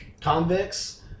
convicts